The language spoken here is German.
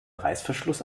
reißverschluss